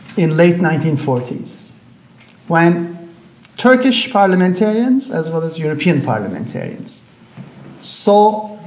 in late nineteen forty s when turkish parliamentarians as well as european parliamentarians saw